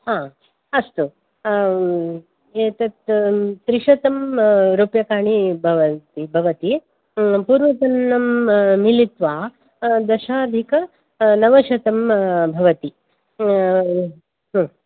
हा अस्तु एतत् त्रिशतरूप्यकाणि भवन्ति भवति पूर्वतनं मिलित्वा दशाधिक नवशतं भवति ह्म्